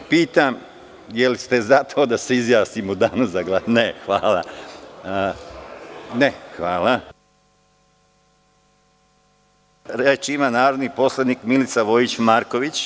Pitam, da li ste za to da se izjasnimo u danu za glasanje? (Ne.) Reč ima narodni poslanik Milica Vojić Marković.